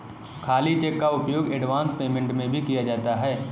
खाली चेक का उपयोग एडवांस पेमेंट में भी किया जाता है